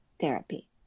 therapy